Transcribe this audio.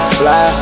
fly